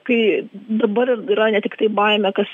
kai dabar ir yra ne tiktai baimė kas